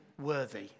worthy